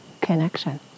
connection